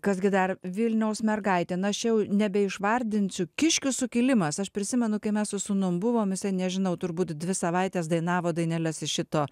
kas gi dar vilniaus mergaitė na aš čia jau nebeišvardinsiu kiškių sukilimas aš prisimenu kai mes su sūnum buvom jisai nežinau turbūt dvi savaites dainavo daineles iš šito